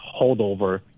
holdover